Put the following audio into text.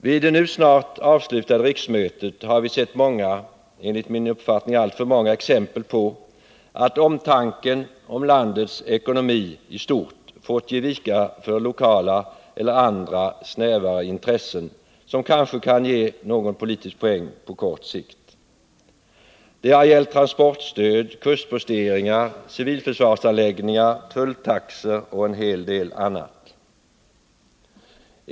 Vid det nu snart avslutade riksmötet har vi sett många — enligt min uppfattning alltför många — exempel på att omtanken om landets ekonomi i stort fått ge vika för lokala eller andra snävare intressen, något som kanske kan ge någon politiskt poäng på kort sikt. Det har gällt transportstöd, kustposteringar, civilförsvarsanläggningar, tulltaxor och en hel del annat.